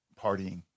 partying